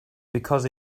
because